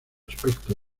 aspecto